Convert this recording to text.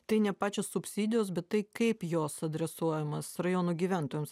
tai ne pačios subsidijos bet tai kaip jos adresuojamas rajonų gyventojams